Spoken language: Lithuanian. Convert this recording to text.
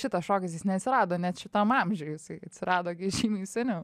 šitas šokis jis neatsirado net šitam amžiuj jisai atsirado žymiai seniau